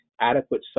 adequate